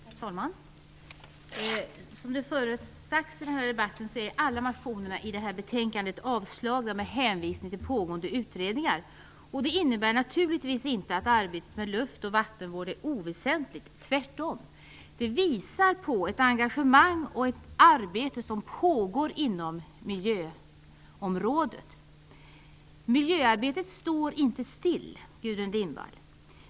Herr talman! Som tidigare har sagts i den här debatten är alla motioner i det här ärendet avstyrkta med hänvisning till pågående utredningar. Det innebär naturligtvis inte att arbetet med luft och vattenvård är oväsentligt, tvärtom. Det visar på ett engagemang och att det pågår ett arbete inom miljöområdet. Miljöarbetet står inte stilla, Gudrun Lindvall.